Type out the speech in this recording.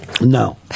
no